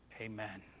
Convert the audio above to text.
Amen